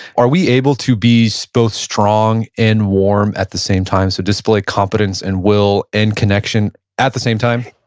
are we able to be so both strong and warm, at the same time? so display competence and will and connection, at the same time?